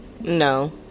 No